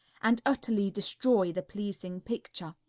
and utterly destroy the pleasing picture.